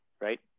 right